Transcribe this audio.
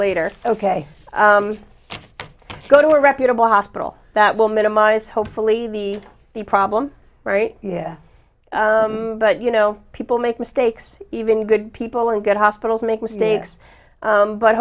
later ok go to a reputable hospital that will minimize hopefully the the problem right yeah but you know people make mistakes even good people and good hospitals make mistakes